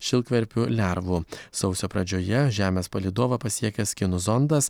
šilkverpių lervų sausio pradžioje žemės palydovą pasiekęs kinų zondas